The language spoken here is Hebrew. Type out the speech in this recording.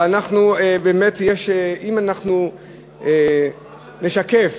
אבל אם אנחנו נשקף